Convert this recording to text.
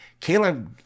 Kayla